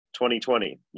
2020